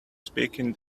speaking